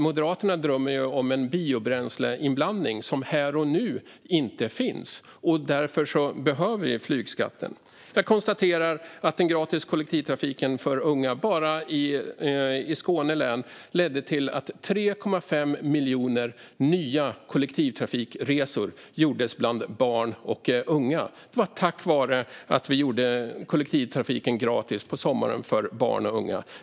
Moderaterna drömmer om en biobränsleinblandning, som inte finns här och nu. Därför behövs flygskatten. Den gratis kollektivtrafiken för unga ledde till att 3,5 miljoner nya kollektivtrafikresor gjordes bland barn och unga bara i Skåne län, tack vare att vi gjorde kollektivtrafiken gratis på sommaren för barn och unga.